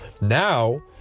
Now